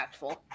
impactful